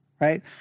right